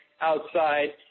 outside